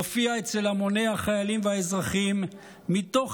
הופיע אצל המוני החיילים והאזרחים מתוך